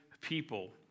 people